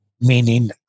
meaning